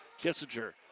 Kissinger